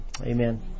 Amen